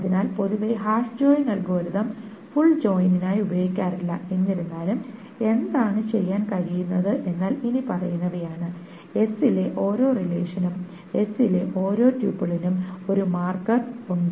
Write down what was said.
അതിനാൽ പൊതുവേ hash join algorithm full ജോയിനിനായി ഉപയോഗിക്കാറില്ല എന്നിരുന്നാലും എന്താണ് ചെയ്യാൻ കഴിയുന്നത് എന്നാൽ ഇനിപ്പറയുന്നവയാണ് s ലെ ഓരോ റിലേഷനും s ലെ ഓരോ ട്യൂപ്പിളിനും ഒരു മാർക്കർ ഉണ്ട്